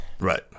Right